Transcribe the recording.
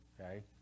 okay